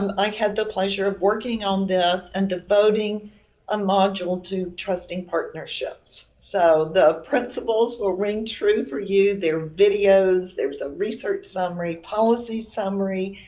um i had the pleasure of working on this and devoting a module to trusting partnerships. so the principles will ring true for you. there's videos, there's a research summary, policy summary,